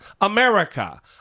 America